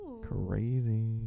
Crazy